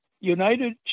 United